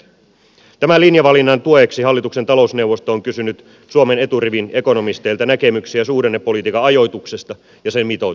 tämän linjavalinnan tueksi hallituksen talousneuvosto on kysynyt suomen eturivin ekonomisteilta näkemyksiä suhdannepolitiikan ajoituksesta ja sen mitoituksesta